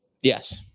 Yes